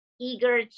eager